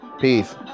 Peace